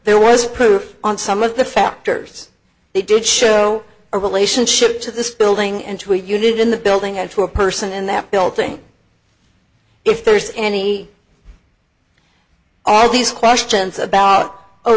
there was proof on some of the factors they did show a relationship to this building and to a unit in the building and to a person in that building if there's any are these questions about oh